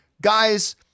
Guys